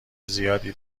زیادی